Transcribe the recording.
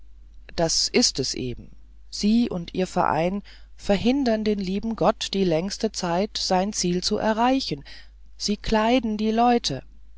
das ist es eben sie und ihr verein verhindern den lieben gott die längste zeit sein ziel zu erreichen sie kleiden die leute